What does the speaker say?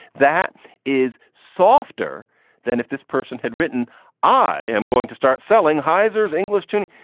that is softer than if this person had written i. i'm going to start selling heizer is english tune.